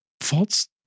false